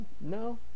no